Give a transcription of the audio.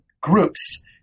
groups